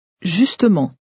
Justement